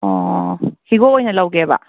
ꯑꯣ ꯍꯤꯒꯣꯛ ꯑꯣꯏꯅ ꯂꯧꯒꯦꯕ